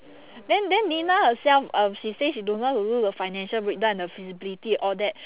then then nina herself um she say she don't know how to do the financial breakdown and the feasibility all that